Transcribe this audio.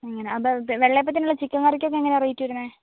അങ്ങനെ അത് വെള്ള അപ്പത്തിനുള്ള ചിക്കൻ കറികൊക്കെ എങ്ങനെയാണ് റേറ്റ് വരുന്നത്